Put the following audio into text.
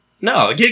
no